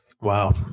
Wow